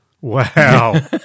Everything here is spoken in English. Wow